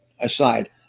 aside